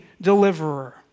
deliverer